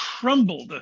crumbled